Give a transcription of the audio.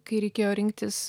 kai reikėjo rinktis